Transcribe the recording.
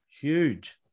huge